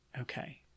Okay